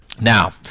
Now